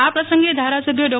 આ પ્રસંગે ધારાસભ્ય ડો